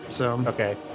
Okay